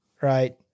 right